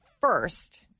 first—